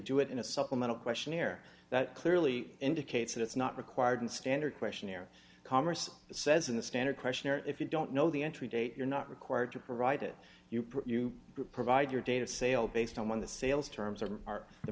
do it in a supplemental questionnaire that clearly indicates that it's not required and standard questionnaire commerce says in the standard questionnaire if you don't know the entry date you're not required to provide it you provide your date of sale based on the sales terms or are the